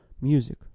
music